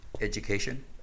education